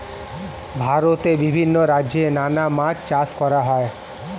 ভারতে বিভিন্ন রাজ্যে নানা মাছ চাষ করা হয়